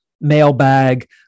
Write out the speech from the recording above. mailbag